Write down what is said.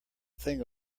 thing